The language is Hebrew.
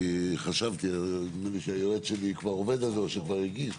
נדמה לי שהיועץ שלי כבר עובד על זה או שכבר הגיש,